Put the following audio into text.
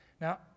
Now